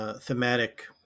Thematic